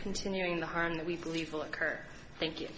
continuing the harm that we believe will occur thank you